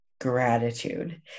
gratitude